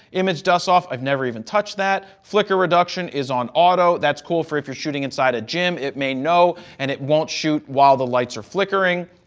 image dust off, i've never even touched that. flicker reduction is on auto. that's cool for if you're shooting inside a gym. it may know and it won't shoot while the lights are flickering.